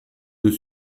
deux